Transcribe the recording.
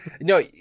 No